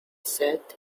said